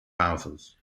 houses